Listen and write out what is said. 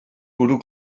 bwrw